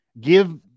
Give